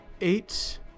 eight